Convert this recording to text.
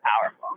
powerful